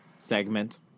Segment